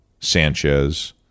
Sanchez